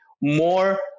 more